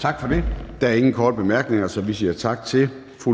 Tak for det. Der er ingen korte bemærkninger. Så vi siger tak til fru